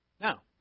Now